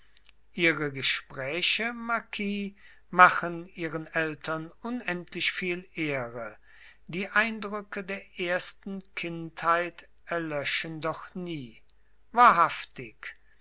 ihre gespräche marquis machen ihren eltern unendlich viel ehre die eindrücke der ersten kindheit erlöschen doch nie wahrhaftig